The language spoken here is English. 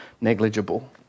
negligible